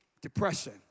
Depression